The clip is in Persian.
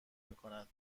میکند